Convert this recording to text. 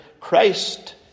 Christ